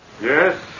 Yes